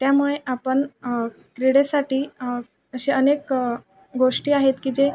त्यामुळे आपण क्रीडेसाठी अशा अनेक गोष्टी आहेत की जे